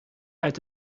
uit